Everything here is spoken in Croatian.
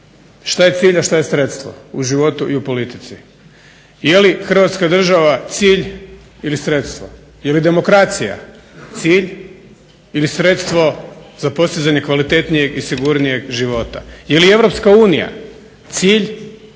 što je cilj, a što je sredstvo u životu i u politici? Je li Hrvatska država cilj ili sredstvo? Je li demokracija cilj ili sredstvo za postizanje kvalitetnijeg i sigurnijeg života? Je li Europska